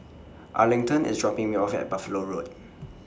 Arlington IS dropping Me off At Buffalo Road